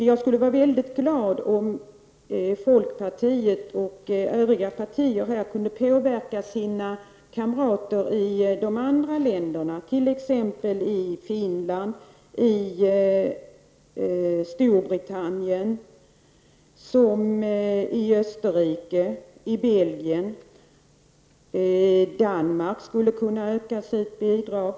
Jag skulle vara mycket glad om ni i folkpartiet och övriga partier kunde påverka era kamrater i andra länder -- t.ex. i Finland, Storbritannien, Österrike, Belgien och Danmark -- så att det blir större bidrag.